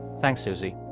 thanks, susie.